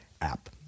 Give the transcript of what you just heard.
app